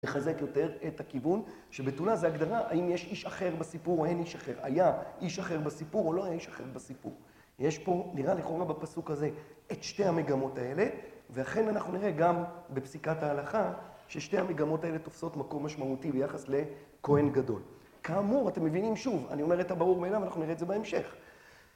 לחזק יותר את הכיוון, שבתולה זה הגדרה האם יש איש אחר בסיפור או אין איש אחר, היה איש אחר בסיפור או לא היה איש אחר בסיפור. יש פה, נראה לכאורה בפסוק הזה, את שתי המגמות האלה, ואכן אנחנו נראה גם בפסיקת ההלכה, ששתי המגמות האלה תופסות מקום משמעותי ביחס לכהן גדול. כאמור, אתם מבינים שוב, אני אומר את הברור מאליו ואנחנו נראה את זה בהמשך.